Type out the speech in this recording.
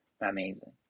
amazing